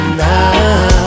now